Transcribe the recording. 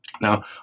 Now